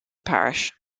parish